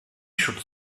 should